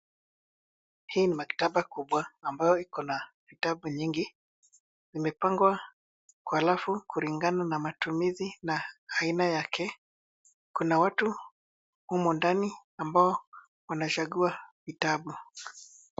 Hii ni maktaba kubwa ambayo ikona vitabu nyingi. Vimepangwa kwa rafu kulingana na matumizi na aina yake. Kuna watu humu ndani ambao wanachagua vitabu.